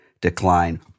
decline